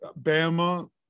Bama